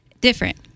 different